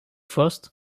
frost